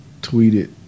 tweeted